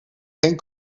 geen